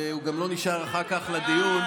והוא גם לא נשאר אחר כך לדיון.